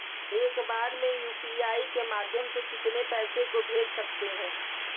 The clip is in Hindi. एक बार में यू.पी.आई के माध्यम से कितने पैसे को भेज सकते हैं?